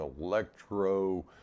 electro